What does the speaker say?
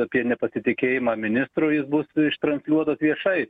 apie nepasitikėjimą ministrui jis bus ištransliuotas viešai